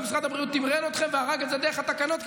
ומשרד הבריאות תמרן אתכם והרג את זה דרך התקנות,